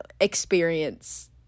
experience